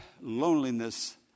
loneliness